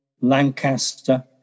Lancaster